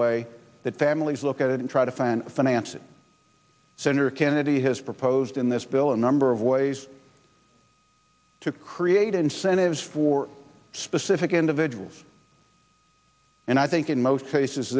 way that families look at and try to find financing senator kennedy has proposed in this bill a number of ways to create incentives for specific individuals and i think in most cases